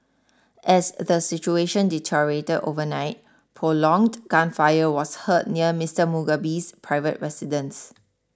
as the situation deteriorated overnight prolonged gunfire was heard near Mister Mugabe's private residence